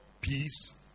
peace